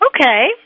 Okay